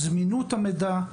למרות זמינות המידע,